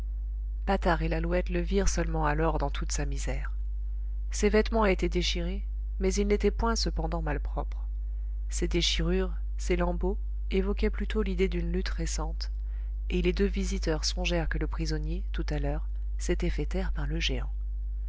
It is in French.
patard et lalouette le virent seulement alors dans toute sa misère ses vêtements étaient déchirés mais ils n'étaient point cependant malpropres ces déchirures ces lambeaux évoquaient plutôt l'idée d'une lutte récente et les deux visiteurs songèrent que le prisonnier tout à l'heure s'était fait taire par le géant